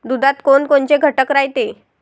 दुधात कोनकोनचे घटक रायते?